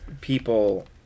people